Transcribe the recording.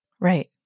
Right